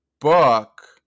book